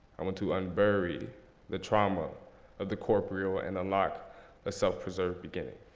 i want to unbury the trauma of the corporeal and unlock a self-preserve beginning.